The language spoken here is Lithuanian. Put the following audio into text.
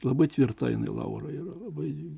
labai tvirta jinai laura yra labai ji